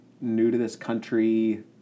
new-to-this-country